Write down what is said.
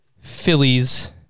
Phillies